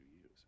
use